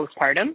postpartum